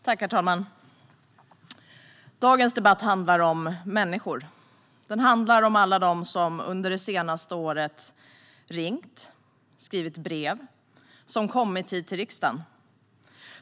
Herr talman! Dagens debatt handlar om människor. Den handlar om alla dem som under det senaste året har ringt och skrivit brev och som har kommit hit till riksdagen.